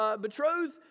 betrothed